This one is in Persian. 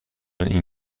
این